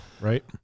right